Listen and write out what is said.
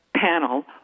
panel